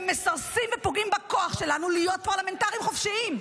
ומסרסים ופוגעים בכוח שלנו להיות פרלמנטרים חופשיים.